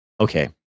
Okay